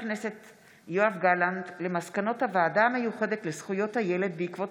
יואב גלנט על מסקנות הוועדה המיוחדת לזכויות הילד בעקבות